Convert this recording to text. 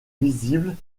visible